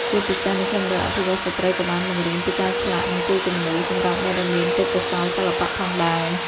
ជាពិសេស មជ្ឈមណ្ឌលអភិវឌ្ឍន៍ស្ត្រីក៏បានបង្រៀនពីការឆ្លាក់ និងគូរគំនូរ សម្រាប់អ្នកដែលមានទេពកោសល្យសិល្បៈផងដែរ។